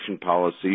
policy